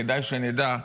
כדאי שנדע,